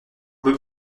peux